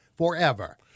Forever